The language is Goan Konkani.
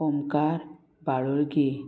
ओमकार बाळुरगी